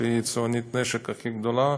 שהיא יצואנית הנשק הכי גדולה,